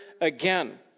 again